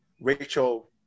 Rachel